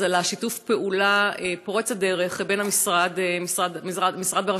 על שיתוף הפעולה פורץ הדרך בין המשרד בראשותך,